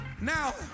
Now